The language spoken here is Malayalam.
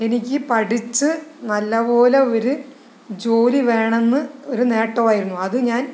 എനിക്ക് പഠിച്ച് നല്ല പോലെ ഒരു ജോലി വേണമെന്ന് ഒരു നേട്ടമായിരുന്നു അത് ഞാൻ